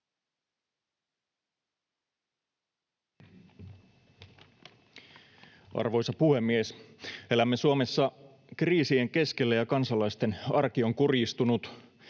Arvoisa puhemies! Elämme Suomessa kriisien keskellä, ja kansalaisten arki on kurjistunut.